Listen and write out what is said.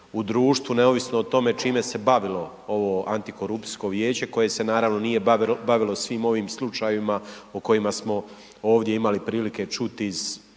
u društvu neovisno o tome čime se bavilo ovo antikorupcijsko vijeće, koje se naravno nije bavilo svim ovim slučajevima o kojima smo ovdje imali prilike čuti iz